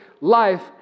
life